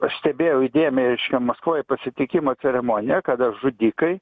aš stebėjau įdėmiai reiškia maskvoj pasitikimo ceremoniją kada žudikai